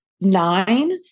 nine